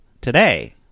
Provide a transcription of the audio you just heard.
today